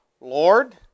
Lord